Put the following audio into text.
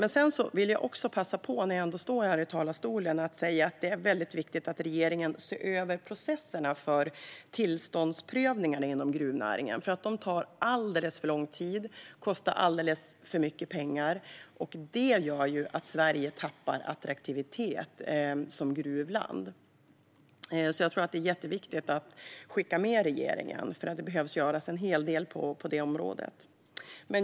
När jag ändå står här i talarstolen vill jag passa på att säga att det är väldigt viktigt att regeringen ser över processerna för tillståndsprövningarna inom gruvnäringen. De tar alldeles för lång tid och kostar alldeles för mycket pengar, vilket gör att Sverige tappar attraktivitet som gruvland. Jag tror att detta är jätteviktigt att skicka med regeringen, för det behöver göras en hel del på detta område.